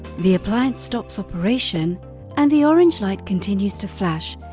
the appliance stops operation and the orange light continues to flash,